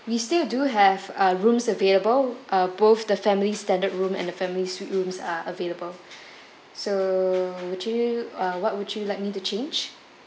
we still do have uh rooms available uh both the family standard room and the family suite rooms are available so would you uh what would you like me to change